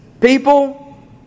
people